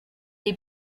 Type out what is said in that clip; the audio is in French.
est